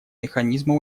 механизма